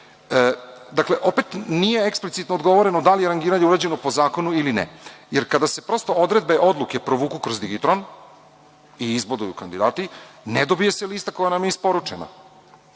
sudija. Opet nije eksplicitno odgovoreno da li je rangiranje urađeno po zakonu ili ne, jer kada se prosto odredbe odluke provuku kroz digitron i izboduju kandidati, ne dobije se lista koja nam je isporučena. Ja